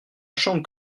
chambre